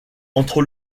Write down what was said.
entre